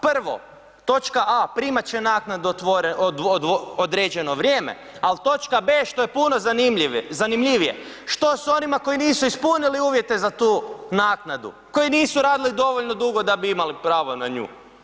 Prvo, točka a, primat će naknadu određeno vrijeme ali točka b što je puno zanimljivije, što s onima koji nisu ispunili uvjete za tu naknadu, koji nisu radili dovoljno dugo da bi imali pravo na nju?